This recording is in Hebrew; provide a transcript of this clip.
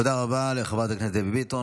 תודה רבה לחברת הכנסת דבי ביטון.